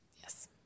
Yes